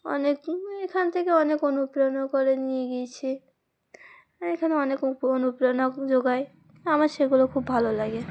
অনেক এখান থেকে অনেক অনুপ্রেরণা করে নিয়ে গিয়েছি এখানে অনেক অনুপ্রেরণা জোগায় আমার সেগুলো খুব ভালো লাগে